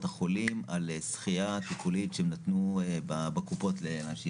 החולים על שחייה טיפולית שהם נתנו בקופות לאנשים.